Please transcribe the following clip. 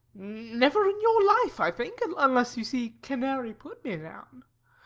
never in your life, i think unless you see canary put me down.